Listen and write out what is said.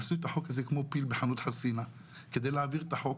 עשו את החוק הזה כמו פיל בחנות חרסינה כדי להעביר את החוק.